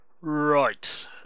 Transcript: Right